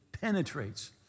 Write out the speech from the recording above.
penetrates